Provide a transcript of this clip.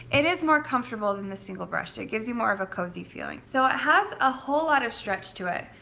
it is more comfortable than the single brushed. so it gives you more of a cozy feeling. so it has a whole lot of stretch to it,